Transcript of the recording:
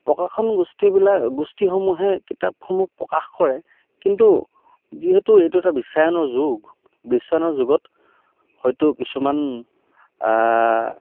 প্ৰকাশন গোষ্ঠীবিলাক গোষ্ঠীসমূহে কিতাপসমূহ প্ৰকাশ কৰে কিন্তু যিহেতু এইটো এটা বিশ্বায়নৰ যুগ বিশ্বনৰ যুগত হয়তো কিছুমান